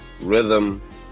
rhythm